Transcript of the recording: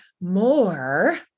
more